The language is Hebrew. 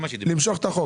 למשוך את החוק.